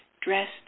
dressed